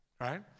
right